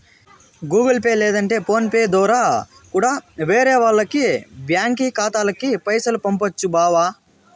Google Pay లేదంటే PhonePe దోరా కూడా వేరే వాల్ల బ్యాంకి ఖాతాలకి పైసలు పంపొచ్చు బావా